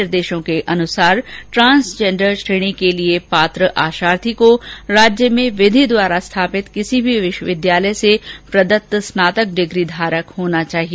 निर्देशों के अनुसार ट्रांन्सजेंडर श्रेणी के लिए पात्र आशार्थी को राज्य में विधि द्वारा स्थापित किसी भी विश्वविद्यालय से प्रदत्त स्नातक डिग्री धारक होना चाहिए